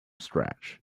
scratch